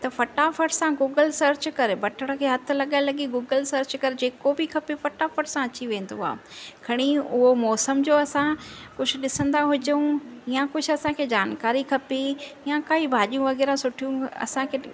त फटाफट सां गूगल सर्च करे बटण खे हथ लॻाए लॻी गूगल सर्च कर जेको बि खपे फटाफट सां अची वेंदो आहे खणी उहो मौसम जो असां कुझु ॾिसंदा हुजूं या कुझु असांखे जानकारी खपे या काई भाॼियूं वग़ैरह सुठियूं असांखे